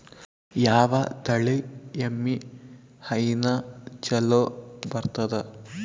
ಯಾವ ತಳಿ ಎಮ್ಮಿ ಹೈನ ಚಲೋ ಬರ್ತದ?